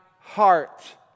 heart